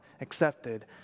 accepted